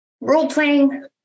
role-playing